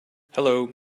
hello